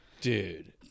dude